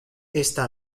esta